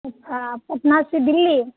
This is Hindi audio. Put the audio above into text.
अच्छा पटना से दिल्ली